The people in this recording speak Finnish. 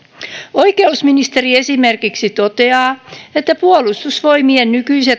oikeusministeri esimerkiksi toteaa että puolustusvoimien nykyiset